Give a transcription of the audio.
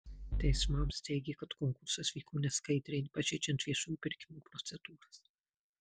teismams teigė kad konkursas vyko neskaidriai pažeidžiant viešųjų pirkimų procedūras